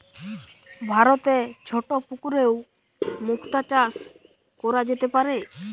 ভারতে ছোট পুকুরেও মুক্তা চাষ কোরা যেতে পারে